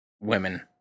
women